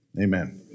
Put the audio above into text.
Amen